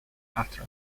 after